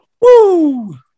Woo